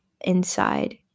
inside